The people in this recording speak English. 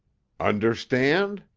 understand?